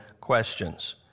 questions